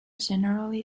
generally